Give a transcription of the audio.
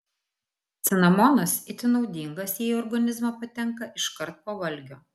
cinamonas itin naudingas jei į organizmą patenka iškart po valgio